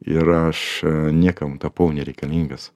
ir aš niekam tapau nereikalingas